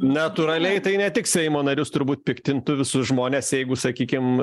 natūraliai tai ne tik seimo narius turbūt piktintų visus žmones jeigu sakykim